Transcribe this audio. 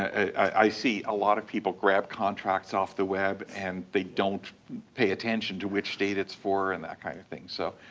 i see a lot of people grab contracts off the web, and they don't pay attention to which state it's for and that kind of thing. so,